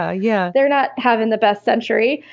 ah yeah they're not having the best century.